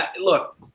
Look